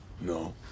No